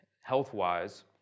health-wise